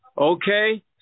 Okay